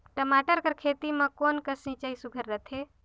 टमाटर कर खेती म कोन कस सिंचाई सुघ्घर रथे?